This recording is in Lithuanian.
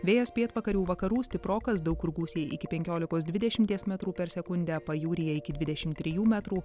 vėjas pietvakarių vakarų stiprokas daug kur gūsiai iki penkiolikos dvidešimties metrų per sekundę pajūryje iki dvidešimt trijų metrų